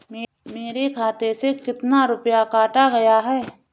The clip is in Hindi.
मेरे खाते से कितना रुपया काटा गया है?